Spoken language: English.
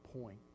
point